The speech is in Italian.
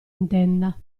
intenda